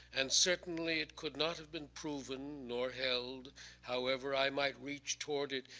and certainly it could not have been proven nor held however i might reach toward it,